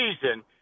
season